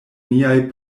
niaj